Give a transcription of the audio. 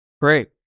Great